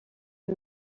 you